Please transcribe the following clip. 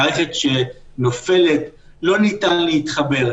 זאת מערכת שנופלת ולא ניתן להתחבר.